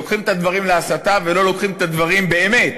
לוקחים את הדברים להסתה ולא לוקחים את הדברים באמת